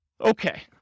Okay